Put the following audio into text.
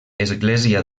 església